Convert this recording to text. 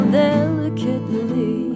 delicately